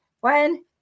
one